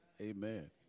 Amen